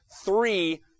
three